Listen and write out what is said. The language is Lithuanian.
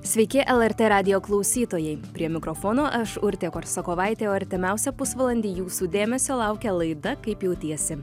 sveiki lrt radijo klausytojai prie mikrofono aš urtė korsakovaitė o artimiausią pusvalandį jūsų dėmesio laukia laida kaip jautiesi